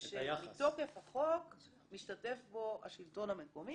-- שמתוקף החוק משתתף בהם השלטון המקומי,